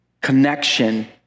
connection